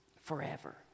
forever